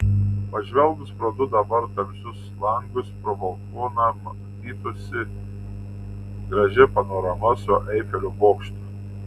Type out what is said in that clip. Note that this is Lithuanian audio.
pažvelgus pro du dabar tamsius langus pro balkoną matytųsi graži panorama su eifelio bokštu